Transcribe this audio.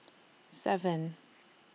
seven